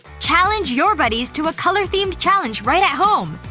challenge your buddies to a color-themed challenge right at home,